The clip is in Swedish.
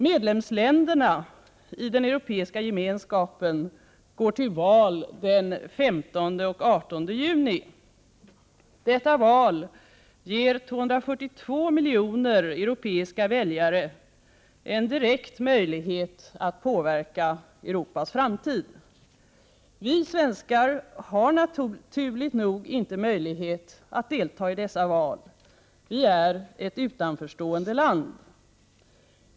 Medlemsländerna i Europeiska gemenskapen går till val den 15 och 18 juni. Detta val ger 242 miljoner europeiska väljare en direkt möjlighet att påverka Europas framtid. Vi svenskar har naturligt nog inte möjlighet att deltaga i dessa val. Vi är ett utanförstående land.